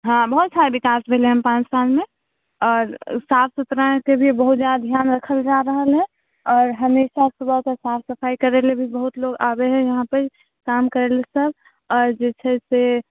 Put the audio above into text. हँ बहुत सारा विकास भेलै पाँच सालमे आओर साफ सुथराके भी बहुत जादा धिआन रखल जा रहल हइ आओर हमेशा सुबहके साफ सफाइ करैलए भी बहुत लोग आबे हइ यहाँपर काम करैलए सब आओर जे छै से